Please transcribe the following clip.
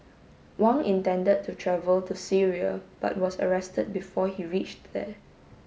Wang intended to travel to Syria but was arrested before he reached there